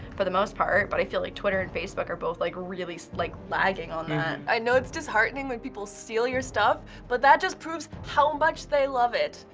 for the most part, but i feel like twitter and facebook are both like really so like lagging on that. i know it's disheartening when people steal your stuff, but that just proves how much they love it.